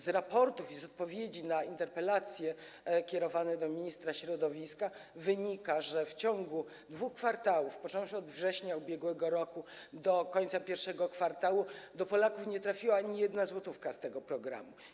Z raportów i z odpowiedzi na interpelacje kierowane do ministra środowiska wynika, że w ciągu dwóch kwartałów, począwszy od września ubiegłego roku do końca I kwartału, do Polaków nie trafiła ani jedna złotówka z tego programu.